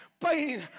Pain